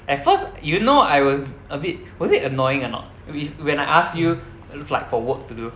at first you know I was a bit was it annoying or not with when I ask you f~ like for work to do